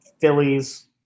Phillies